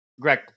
Greg